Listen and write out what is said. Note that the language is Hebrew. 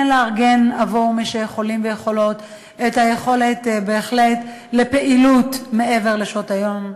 כן לארגן עבור מי שיכולים ויכולות את היכולת לפעילות מעבר לשעות היום.